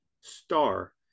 star